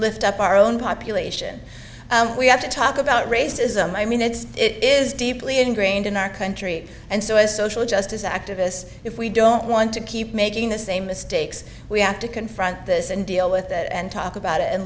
lift up our own population we have to talk about racism i mean it's it is deeply ingrained in our country and so as social justice activists if we don't want to keep making the same mistakes we have to confront this and deal with it and talk about it and